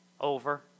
Over